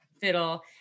fiddle